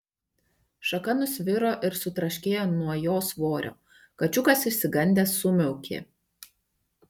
šaka nusviro ir sutraškėjo nuo jo svorio kačiukas išsigandęs sumiaukė